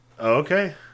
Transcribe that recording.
Okay